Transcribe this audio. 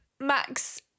Max